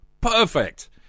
Perfect